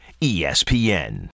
ESPN